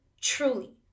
truly